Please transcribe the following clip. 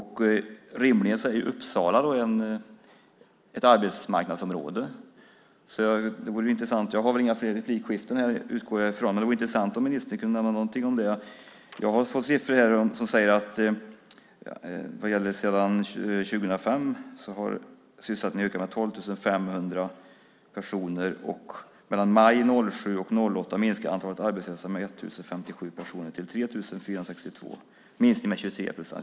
Rimligen är Uppsala ett arbetsmarknadsområde. Jag har några siffror här som säger att sysselsättningen sedan 2005 har ökat med 12 500 personer. Mellan maj 2007 och maj 2008 minskade antalet arbetslösa med 1 057 till 3 462, en minskning med 23 procent.